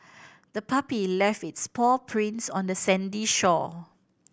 the puppy left its paw prints on the sandy shore